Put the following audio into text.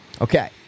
Okay